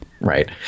right